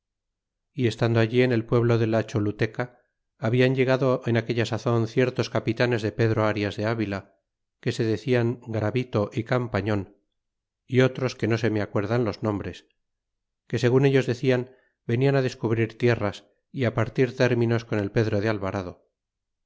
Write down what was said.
y estando allí en el pueblo dela choluteca hablan llegado en aquella sazon ciertos capitanes de pedro arias de avila que se de cien garavito y campañon y otros que no se me acuerdan los nombres que segun ellos decian veniao descubrir tierras y partir términos con el pedro de alvarado